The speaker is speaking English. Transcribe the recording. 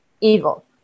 evil